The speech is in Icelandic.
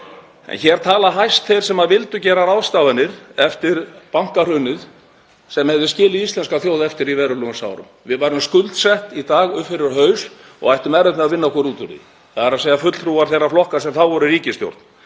Hér tala hæst þeir sem vildu gera ráðstafanir eftir bankahrunið sem hefðu skilið íslenska þjóð eftir í verulegum sárum, við værum skuldsett í dag upp fyrir haus og ættum erfitt með að vinna okkur út úr því, þ.e. fulltrúar þeirra flokka sem þá voru í ríkisstjórn.